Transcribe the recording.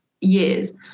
years